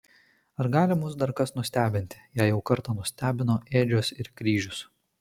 ar gali mus dar kas nustebinti jei jau kartą nustebino ėdžios ir kryžius